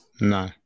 No